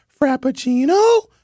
frappuccino